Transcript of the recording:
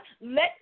Let